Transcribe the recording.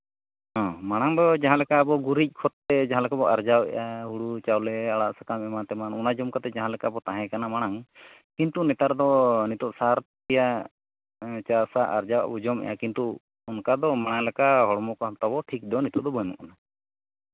ᱦᱮᱸ ᱢᱟᱲᱟᱝ ᱫᱚ ᱟᱵᱚ ᱡᱟᱦᱟᱸ ᱞᱮᱠᱟ ᱜᱩᱨᱤᱡ ᱠᱷᱚᱛ ᱛᱮ ᱡᱟᱦᱟᱸ ᱞᱮᱠᱟ ᱵᱚ ᱟᱨᱡᱟᱣᱮᱫᱼᱟ ᱦᱩᱲᱩ ᱪᱟᱣᱞᱮ ᱟᱲᱟᱜ ᱥᱟᱠᱟᱢ ᱚᱱᱟ ᱡᱚᱢ ᱠᱟᱛᱮᱫ ᱡᱟᱦᱟᱸ ᱞᱮᱠᱟ ᱵᱚᱱ ᱛᱟᱦᱮᱸ ᱠᱟᱱᱟ ᱢᱟᱲᱟᱝ ᱠᱤᱱᱛᱩ ᱱᱮᱛᱟᱨ ᱫᱚ ᱱᱤᱛᱳᱜ ᱥᱟᱨ ᱛᱮᱭᱟᱜ ᱪᱟᱥᱟᱜ ᱟᱨᱡᱟᱣᱟᱜ ᱵᱚᱱ ᱡᱚᱢᱮᱫᱼᱟ ᱠᱤᱱᱛᱩ ᱚᱱᱠᱟ ᱫᱚ ᱢᱟᱲᱟᱝ ᱞᱮᱠᱟ ᱦᱚᱲᱢᱚ ᱠᱚ ᱛᱟᱵᱚ ᱱᱤᱛᱚᱜ ᱫᱚ ᱴᱷᱤᱠ ᱫᱚ ᱵᱟᱹᱱᱩᱜᱼᱟ